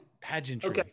Pageantry